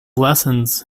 lessons